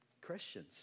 Christians